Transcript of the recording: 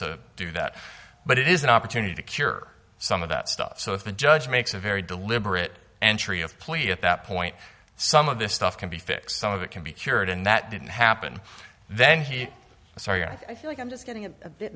to do that but it is an opportunity to cure some of that stuff so if the judge makes a very deliberate entry of play at that point some of this stuff can be fixed some of it can be cured and that didn't happen then hey sorry i feel like i'm just getting a bit